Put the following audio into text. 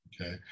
okay